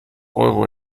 euro